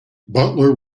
butler